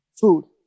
food